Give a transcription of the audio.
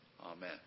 Amen